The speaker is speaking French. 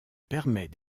permet